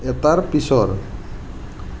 এটাৰ পিছৰ